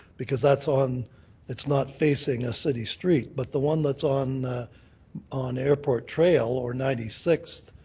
because that's on it's not facing a city street. but the one that's on on airport trail or ninety sixth,